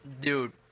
Dude